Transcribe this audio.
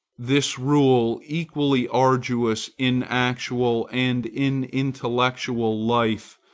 this rule, equally arduous in actual and in intellectual life,